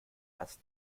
erst